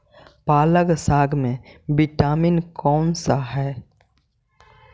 पालक साग में विटामिन कौन सा है?